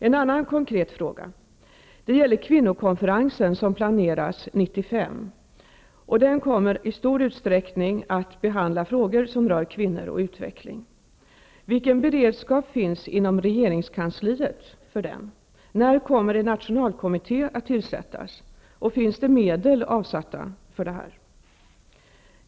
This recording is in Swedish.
En annan konkret fråga gäller den kvinnokonferens som planeras för 1995. Den kommer i stor utsträckning att behandla frågor som rör kvinnor och utveckling. Vilken beredskap finns inom regeringskansliet för den? När kommer en nationalkommitté att tillsättas? Och finns medel avsatta för detta ändamål?